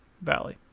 Valley